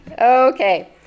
Okay